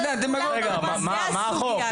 רגע, מה החוק?